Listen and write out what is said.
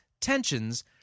tensions